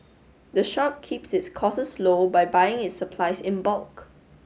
the shop keeps its costs low by buying its supplies in bulk